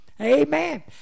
Amen